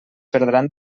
perdran